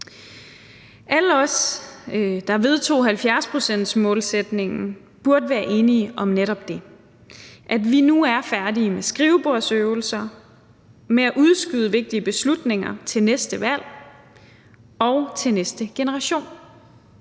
Alle os, der vedtog 70-procentsmålsætningen, burde være enige om, at vi nu er færdige med skrivebordsøvelser og med at udskyde vigtige beslutninger til næste valg og til næste generation.